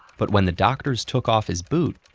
but when the doctors took off his boot,